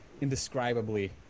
indescribably